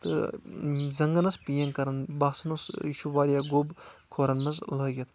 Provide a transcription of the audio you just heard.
تہٕ زنٛگن ٲس پین کَرَان باسَان اوس یہِ چھُ واریاہ گوٚب کھورَن منٛز لٲگِتھ